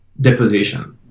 deposition